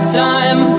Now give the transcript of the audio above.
time